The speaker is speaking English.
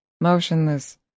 motionless